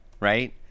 right